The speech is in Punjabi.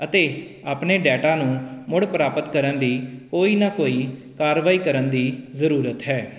ਅਤੇ ਆਪਣੇ ਡਾਟਾ ਨੂੰ ਮੁੜ ਪ੍ਰਾਪਤ ਕਰਨ ਲਈ ਕੋਈ ਨਾ ਕੋਈ ਕਾਰਵਾਈ ਕਰਨ ਦੀ ਜ਼ਰੂਰਤ ਹੈ